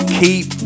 keep